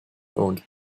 owned